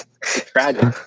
tragic